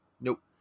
Nope